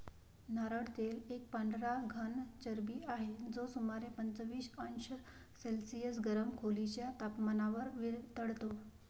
नारळ तेल एक पांढरा घन चरबी आहे, जो सुमारे पंचवीस अंश सेल्सिअस गरम खोलीच्या तपमानावर वितळतो